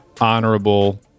honorable